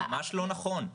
זה ממש לא נכון,